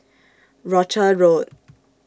Rochor Road